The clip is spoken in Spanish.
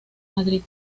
madrid